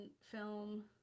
film